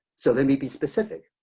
so let me be specific.